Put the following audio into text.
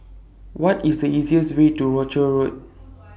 What IS The easiest Way to Rochor Road